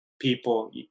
people